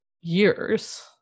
years